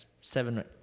seven